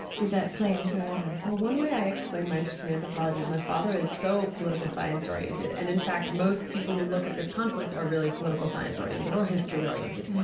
did that play into it? well, one way i explain my interest in anthropology is my father is so political science oriented and, in fact, most people who look at this conflict are really political science oriented or history oriented.